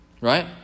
right